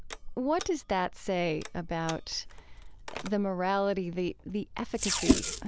what does that say about the morality, the the efficacy,